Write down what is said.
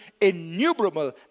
innumerable